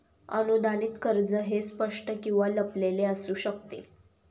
अनुदानित कर्ज हे स्पष्ट किंवा लपलेले असू शकते